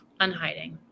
Unhiding